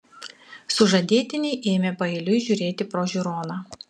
sužadėtiniai ėmė paeiliui žiūrėti pro žiūroną